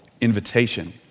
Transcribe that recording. invitation